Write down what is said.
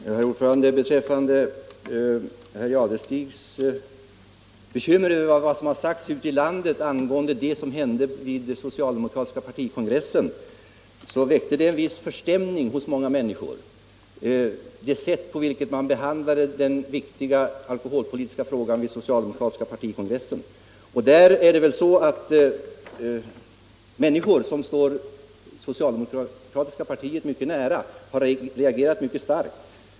Herr talman! Herr Jadestig är bekymrad över vad som har sagts ute i landet angående det som hände vid den socialdemokratiska partikongressen. Det sätt på vilket man där behandlade den viktiga alkoholpolitiska frågan har faktiskt väckt viss förstämning hos många människor, och även personer som står det socialdemokratiska partiet mycket nära har reagerat mycket starkt.